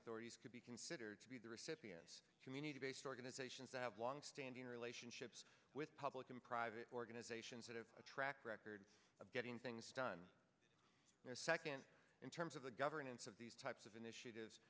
authorities could be considered to be the recipients community based organizations that have long standing relationships with public and private organizations that have a track record of getting things done their second in terms of the governance of these types of initiatives